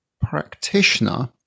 practitioner